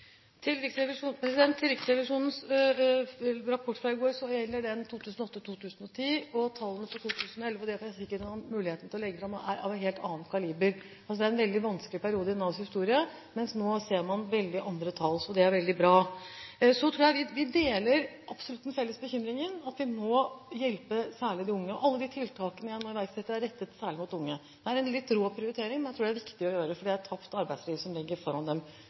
Riksrevisjonens rapport fra i går, gjelder den perioden 2009–2010. Tallene for 2011 – dem får jeg sikkert muligheten til å legge fram – er av et helt annet kaliber. Det var altså en veldig vanskelig periode i Navs historie, men nå ser man helt andre tall. Så det er veldig bra. Jeg tror absolutt vi deler den felles bekymringen og mener at vi må hjelpe særlig de unge. Alle de tiltakene jeg nå iverksetter, er rettet særlig mot unge. Det er en litt rå prioritering – særlig jobbstrategien – men jeg tror den er viktig, for ellers ligger det et tapt arbeidsliv foran dem.